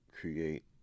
create